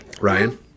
Ryan